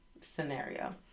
scenario